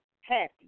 happy